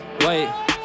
Wait